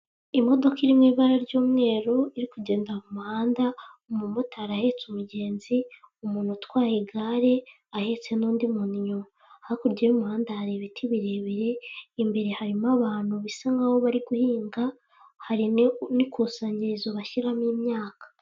Imodoka iri mu ibara ry'umweru iri kugenda mu muhanda, umumotari ahetse umugenzi, umuntu utwaye igare ahetse n'undi muntu inyuma, hakurya y'umuhanda hari ibiti birebire imbere harimo abantu bisa nkaho bari guhinga, hari n'ikusanyirizo bashyiramo imyaka.